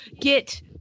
get